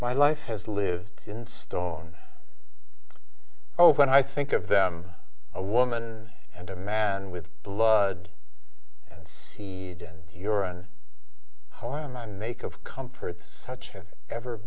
my life has lived in stone open i think of them a woman and a man with blood and seed and urine harmon make of comforts such have ever